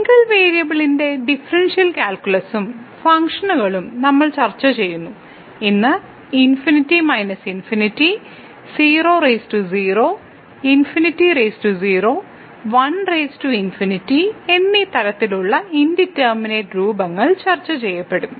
single വേരിയബിളിന്റെ differential കാൽക്കുലസും ഫംഗ്ഷനുകളും നമ്മൾ ചർച്ച ചെയ്യുന്നു ഇന്ന് ∞∞ 00 ∞0 1∞ എന്നീ തരത്തിലുള്ള ഇൻഡിറ്റർമിനെറ്റ് രൂപങ്ങൾ ചർച്ചചെയ്യപ്പെടും